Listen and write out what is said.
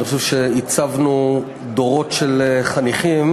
אני חושב שעיצבנו דורות של חניכים.